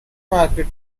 market